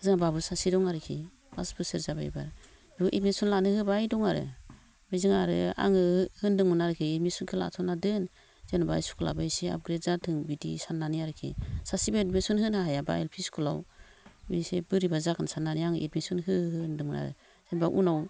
जोंनि बाबु सासे दं आरोखि फास बोसोर जाबाय एबार एदमिसन लानो होबाय दं आरो ओमफ्राय जों आरो आङो होनदोंमोन आरोखि एदमिसनखौ लाथ'ना दोन जेनेबा स्खुलाबो एसे आपग्रेद जाथों बिदि साननानै आरोखि सासेबो एदमिसन होनो हायाबा एल पि इस्कुलाव एसे बोरैबा जागोन साननानै आं एदमिसन हो होन्दोंमोन आरो जेनेबा उनाव